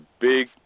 big